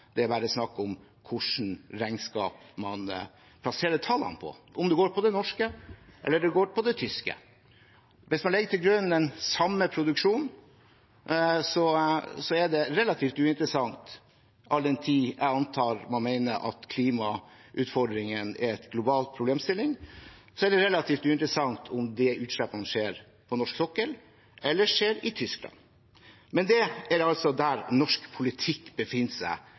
det er snakk om hvilket regnskap man plasserer tallene på, om de går på det norske eller går på det tyske. Hvis man legger den samme produksjonen til grunn, er det relativt uinteressant. All den tid jeg antar man mener at klimautfordringen er en global problemstilling, er det relativt uinteressant om utslippene skjer på norsk sokkel eller skjer i Tyskland. Men det er altså der norsk politikk befinner seg